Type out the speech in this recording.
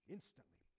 Instantly